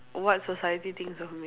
what society thinks of me